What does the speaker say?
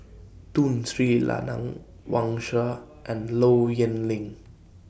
Tun Sri Lanang Wang Sha and Low Yen Ling